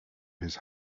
his